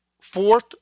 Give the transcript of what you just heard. fourth